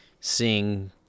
seeing